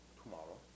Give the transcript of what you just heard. tomorrow